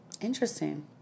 interesting